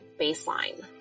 baseline